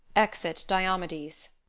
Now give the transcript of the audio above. exit diomedes